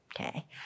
okay